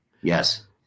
Yes